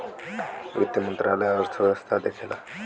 वित्त मंत्रालय अर्थव्यवस्था देखला